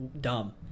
dumb